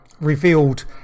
revealed